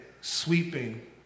sweeping